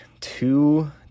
two